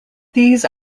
these